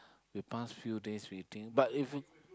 past few days we eating but if we